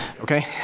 okay